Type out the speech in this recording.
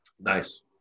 Nice